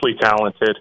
talented